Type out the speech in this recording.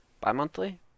bi-monthly